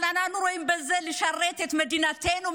אבל אנחנו רואים בלשרת את מדינתנו,